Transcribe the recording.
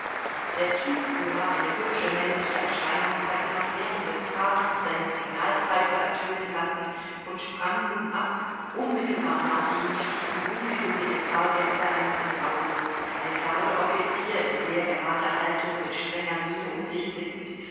der zugführer eine hübsche männliche erscheinung hatte noch während des fahrens seine signalpfeife ertönen lassen und sprang nun ab unmittelbar nach ihm stiegen ungeduldige fahrgäste einzeln aus ein gardeoffizier in sehr gerader haltung mit strenger miene um sich blickend